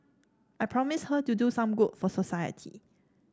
I promised her to do some good for society